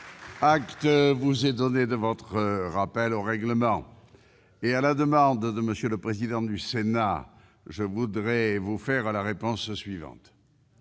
acte vous est donné de votre rappel au règlement. À la demande du président du Sénat, je voudrais vous faire la réponse suivante.